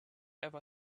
ever